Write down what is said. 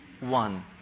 one